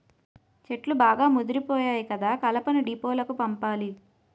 చెట్లు బాగా ముదిపోయాయి కదా కలపను డీపోలకు పంపాలి